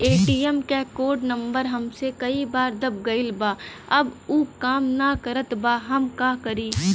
ATM क code number हमसे कई बार दब गईल बा अब उ काम ना करत बा हम का करी?